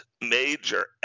major